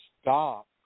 stop